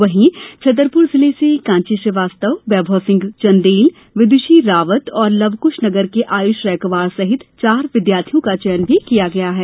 वहीं छतरपुर जिले से कांची श्रीवास्तव वैभव सिंह चन्देल विदुषी रावत और लवकुश नगर के आयुष रैकवार सहित चार विद्यार्थियों का भी चयन किया गया है